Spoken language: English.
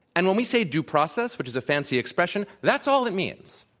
and when we say due process, which is a fancy expression, that's all it means.